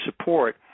support